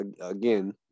Again